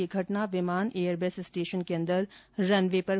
यह घटना विमान एयरबेस स्टेशन के अंदर रन वे पर हुई